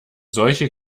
solche